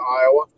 Iowa